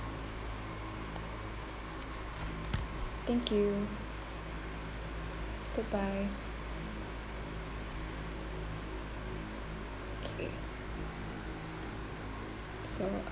thank you bye bye okay so